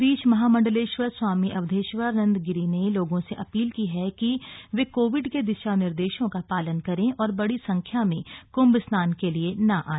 इस बीच महामंडलेश्वर स्वामी अवधेशानंद गिरी ने लोगों से अपील की है कि वे कोविड के दिशा निर्देशों का पालन करें और बड़ी संख्या में क्भ स्नान के लिए न आए